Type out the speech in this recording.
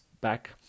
back